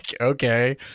okay